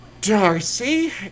Darcy